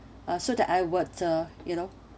uh so that I would uh you know